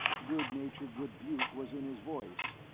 good-natured rebuke was in his voice.